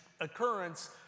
occurrence